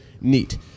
neat